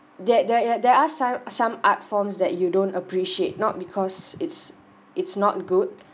that there there there are some some art forms that you don't appreciate not because it's it's not good